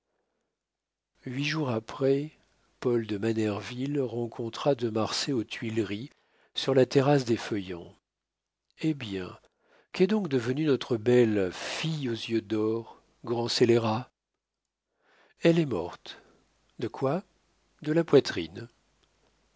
huit jours après paul de manerville rencontra de marsay aux tuileries sur la terrasse des feuillants eh bien qu'est donc devenue notre belle fille aux yeux d'or grand scélérat elle est morte de quoi de la poitrine